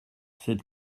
cette